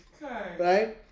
Right